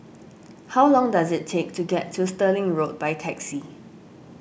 how long does it take to get to Stirling Road by taxi